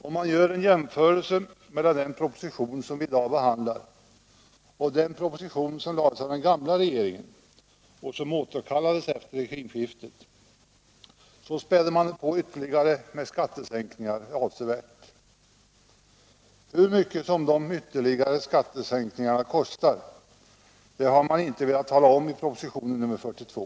Om man gör en jämförelse mellan den proposition som vi i dag behandlar och den som framlades av den förra regeringen och som återkallades efter regimskiftet, finner man att det ytterligare späds på med avsevärda skattesänkningar. Hur mycket de ytterligare skattesänkningarna kostar har man inte velat tala om i propositionen nr 42.